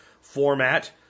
Format